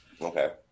Okay